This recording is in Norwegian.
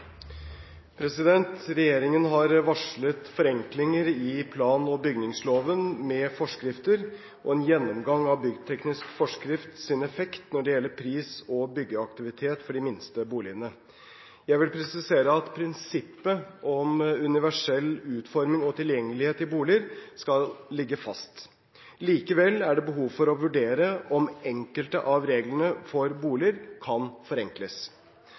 Regjeringen har varslet forenklinger i plan- og bygningsloven med forskrifter og en gjennomgang av byggteknisk forskrifts effekt når det gjelder pris og byggeaktivitet for de minste boligene. Jeg vil presisere at prinsippet om universell utforming og tilgjengelighet i boliger skal ligge fast. Likevel er det behov for å vurdere om enkelte av reglene for boliger kan forenkles.